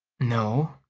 no,